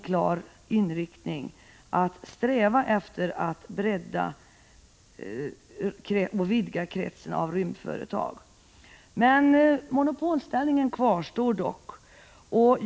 Utskottet säger att man har en klar strävan efter att vidga kretsen av rymdföretag. Monopolställningen för Rymdbolaget kvarstår dock.